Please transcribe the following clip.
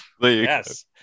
yes